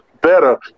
better